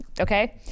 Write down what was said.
okay